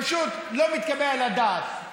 פשוט לא מתקבל על הדעת.